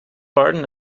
barton